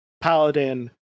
Paladin